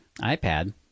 iPad